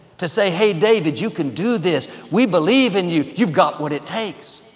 to say, hey, david, you can do this. we believe in you. you've got what it takes.